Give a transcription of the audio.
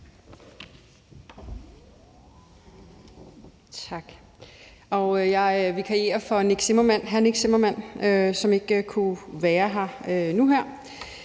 Tak. Jeg vikarierer for hr. Nick Zimmermann, som ikke kunne være til